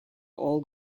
all